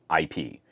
IP